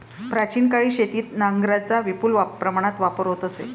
प्राचीन काळी शेतीत नांगरांचा विपुल प्रमाणात वापर होत असे